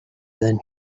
than